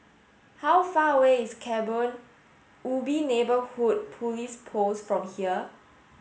how far away is Kebun Ubi Neighbourhood Police Post from here